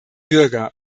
bürger